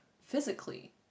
physically